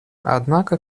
однако